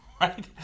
right